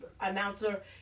announcer